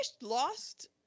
lost